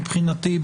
מבחינתי,